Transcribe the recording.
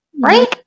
right